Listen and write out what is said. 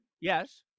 yes